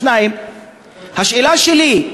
2. השאלה שלי,